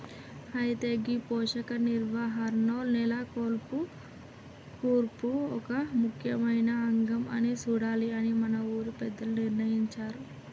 అయితే గీ పోషక నిర్వహణలో నేల కూర్పు ఒక ముఖ్యమైన అంగం అని సూడాలి అని మన ఊరి పెద్దలు నిర్ణయించారు